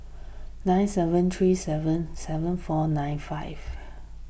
nine seven three seven seven four nine five